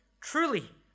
Truly